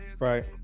Right